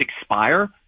expire